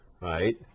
right